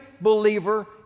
believer